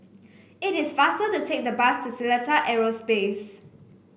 it is faster to take the bus to Seletar Aerospace